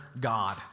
God